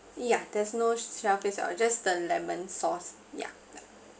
yeah there's no shellfish oh just the lemon sauce yeah